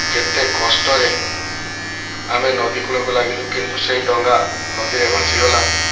କେତେ କଷ୍ଟରେ ଆମେ ନଦୀ କୁଳକୁ ଲାଗିଲୁ କିନ୍ତୁ ସେ ଡ଼ଙ୍ଗା ନଦୀରେ ଭାସିଗଲା